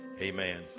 Amen